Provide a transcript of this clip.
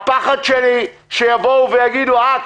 הפחד שלי שיבואו ויגידו אה,